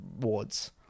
wards